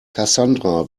cassandra